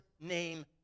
name